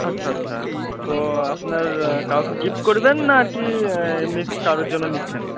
আচ্ছা আচ্ছা তো আপনার কাউকে গিফট করবেন না কি এমনি কারোর জন্য নিচ্ছেন